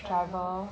driver